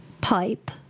pipe